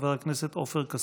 חבר הכנסת עופר כסיף.